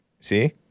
See